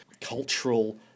cultural